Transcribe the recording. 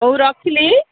ହଉ ରଖିଲି